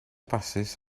basys